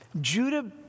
Judah